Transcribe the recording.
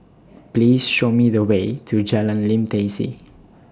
Please Show Me The Way to Jalan Lim Tai See